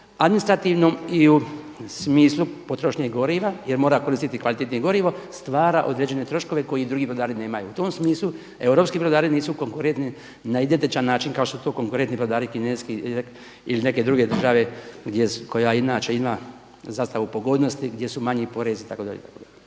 administrativnom i u smislu potrošnje goriva jer mora koristiti kvalitetnije gorivo stvara određene troškove koji drugi brodari nemaju. U tom smislu europski brodari nisu konkurentni na identičan način kao što su to konkurentni brodari kineske ili neke druge države koja inače ima zastavu pogodnosti gdje su manji porezi itd.